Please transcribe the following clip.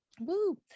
Woo